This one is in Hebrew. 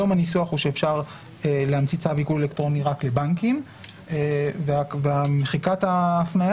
היום הניסוח הוא שאפשר להמציא צו עיקול אלקטרוני רק לבנקים ומחיקת ההפניה